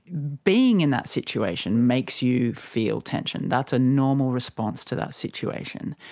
being in that situation makes you feel tension, that's a normal response to that situation.